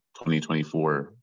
2024